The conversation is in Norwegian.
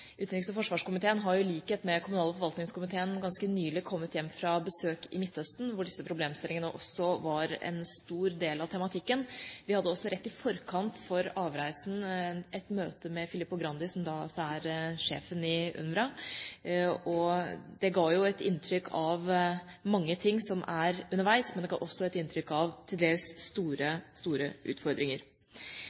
Utenriks- og forsvarskomiteen har, i likhet med kommunal- og forvaltningskomiteen, ganske nylig kommet hjem fra et besøk i Midtøsten hvor disse problemstillingene også var en stor del av tematikken. Vi hadde også rett i forkant av avreisen et møte med Filippo Grandi, som er sjef i UNRWA. Det ga et inntrykk av mange ting som er underveis, men det ga også inntrykk av til dels store, store utfordringer.